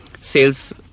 sales